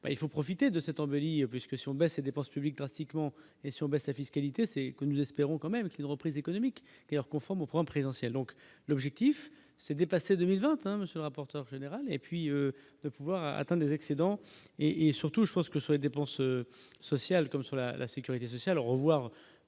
il faut profiter de cette embellie puisque Sion, dépenses publiques drastiquement et surbaissé, fiscalité, c'est que nous espérons quand même qu'il reprise économique conforme aux présidentielles, donc l'objectif c'est dépassé 2021 monsieur rapporteur général et puis de pouvoir a atteint des excédents. Et surtout je pense que sur les dépenses sociales, comme sur la la sécurité sociale revoir